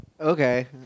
Okay